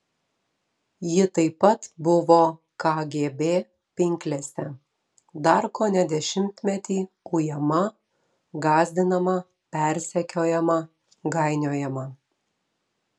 ji taip pat buvo kgb pinklėse dar kone dešimtmetį ujama gąsdinama persekiojama gainiojama